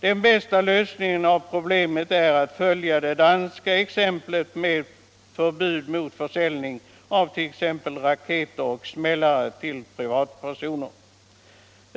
Den bästa lösningen av problemet är att följa det danska exemplet med förbud mot försäljning av t.ex. raketer och smällare till privatpersoner.